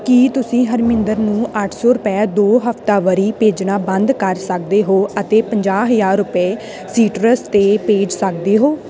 ਕੀ ਤੁਸੀਂ ਹਰਮਿੰਦਰ ਨੂੰ ਅੱਠ ਸੌ ਰੁਪਏ ਦੋ ਹਫ਼ਤਾਵਾਰੀ ਭੇਜਣਾ ਬੰਦ ਕਰ ਸਕਦੇ ਹੋ ਅਤੇ ਪੰਜਾਹ ਹਜ਼ਾਰ ਰੁਪਏ ਸੀਟਰਸ 'ਤੇ ਭੇਜ ਸਕਦੇ ਹੋ